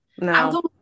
No